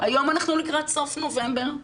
היום אנחנו לקראת סוף נובמבר,